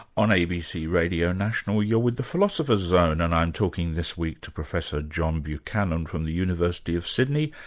on abc radio national, you're with the philosopher's zone and i'm talking this week to professor john buchanan from the university of sydney,